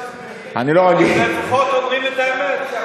לפחות אומרים את האמת.